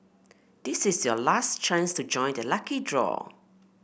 this is your last chance to join the lucky draw